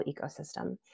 ecosystem